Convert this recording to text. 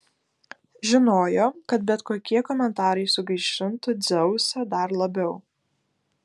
žinojo kad bet kokie komentarai sugaišintų dzeusą dar labiau